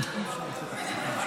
הם הלכו כבר.